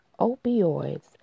opioids